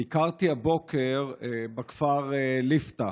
ביקרתי הבוקר בכפר ליפתא